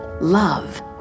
love